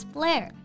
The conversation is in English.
Blair